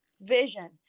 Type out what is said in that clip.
vision